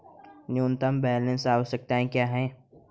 न्यूनतम बैलेंस आवश्यकताएं क्या हैं?